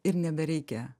ir nebereikia